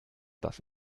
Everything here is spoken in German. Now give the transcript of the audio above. das